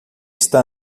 está